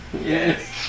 Yes